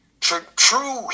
true